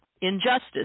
injustice